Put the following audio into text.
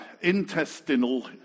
intestinal